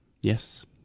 Yes